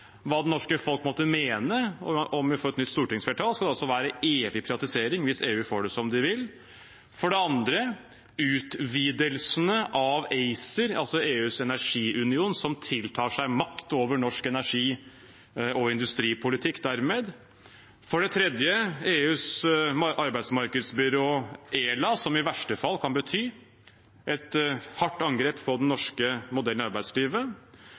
hva det norske folk måtte mene, og selv om vi skulle få et nytt stortingsflertall, skal det altså være evig privatisering hvis EU får det som de vil. For det andre gjelder det utvidelsene av ACER, EUs energiunion, som dermed tiltar seg makt over norsk energi- og industripolitikk. For det tredje gjelder det EUs arbeidsmarkedsbyrå, ELA, som i verste fall kan bety et hardt angrep på den norske modellen i arbeidslivet.